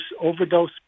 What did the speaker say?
overdose